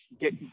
get